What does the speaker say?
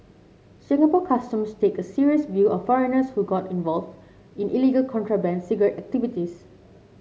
Singapore Customs take a serious view of foreigners who get involved in illegal contraband cigarette activities